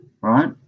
Right